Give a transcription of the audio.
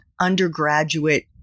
Undergraduate